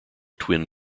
twin